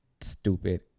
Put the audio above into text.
stupid